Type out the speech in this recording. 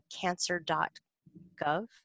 cancer.gov